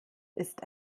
ist